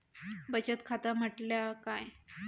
बचत खाता म्हटल्या काय?